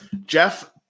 Jeff